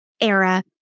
era